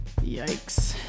Yikes